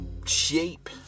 shape